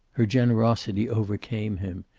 her generosity overcame him.